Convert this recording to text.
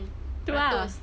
tu ah